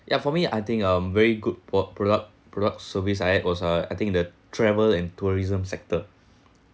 ya for me I think um very good pro~ product product service I had was a I think the travel and tourism sector